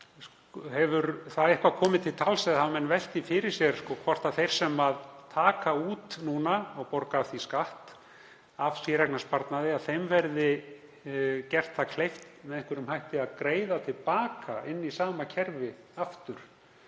Hefur það eitthvað komið til tals eða hafa menn velt því fyrir sér hvort þeim sem taka út núna og borga skatt af séreignarsparnaði verði gert kleift með einhverjum hætti að greiða til baka inn í sama kerfi aftur?